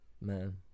Man